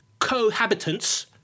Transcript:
cohabitants